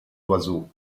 oiseaux